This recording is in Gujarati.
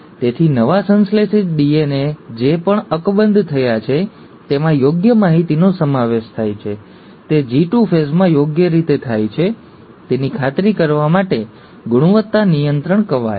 તેથી નવા સંશ્લેષિત ડીએનએ જે પણ અકબંધ છે તેમાં યોગ્ય માહિતી નો સમાવેશ થાય છે તે G2 ફેઝમાં યોગ્ય રીતે થાય છે તેની ખાતરી કરવા માટે ગુણવત્તા નિયંત્રણ કવાયત